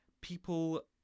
people